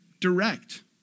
direct